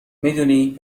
میدونی